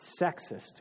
sexist